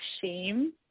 shame